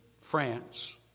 France